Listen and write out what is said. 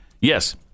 Yes